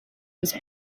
was